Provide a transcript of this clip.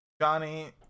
Johnny